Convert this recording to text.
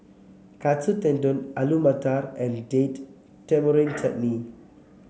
Katsu Tendon Alu Matar and Date Tamarind Chutney